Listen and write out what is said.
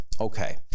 Okay